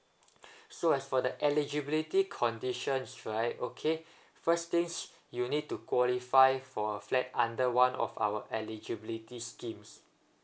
so as for the eligibility conditions right okay first things you need to qualify for a flat under one of our eligibility schemes